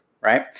right